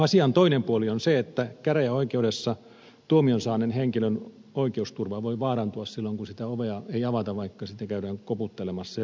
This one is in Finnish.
asian toinen puoli on se että käräjäoikeudessa tuomion saaneen henkilön oikeusturva voi vaarantua silloin kun sitä ovea ei avata vaikka sitä käydään koputtelemassa